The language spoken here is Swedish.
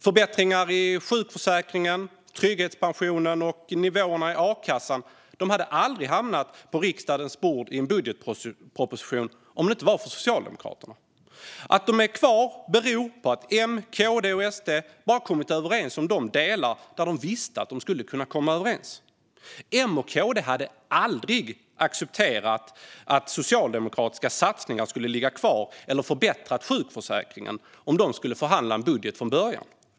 Förbättringar i sjukförsäkringen, trygghetspensionen och nivåerna i a-kassan hade aldrig hamnat på riksdagens bord i en budgetproposition om det inte varit för Socialdemokraterna. Att de är kvar beror på att M, KD och SD bara kommit överens om de delar där de visste att de skulle kunna komma överens. M och KD skulle aldrig ha accepterat att socialdemokratiska satsningar skulle ligga kvar eller förbättrat sjukförsäkringen om de hade förhandlat om en budget från början.